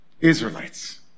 Israelites